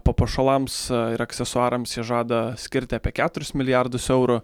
papuošalams ir aksesuarams jie žada skirti apie keturis milijardus eurų